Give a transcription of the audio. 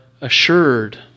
assured